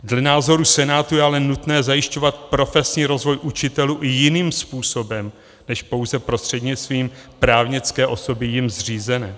Dle názoru Senátu je ale nutné zajišťovat profesní rozvoj učitelů i jiným způsobem než pouze prostřednictvím právnické osoby jím zřízené.